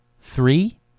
Three